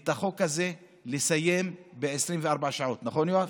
לסיים את החוק הזה ב-24 שעות, נכון, יואב?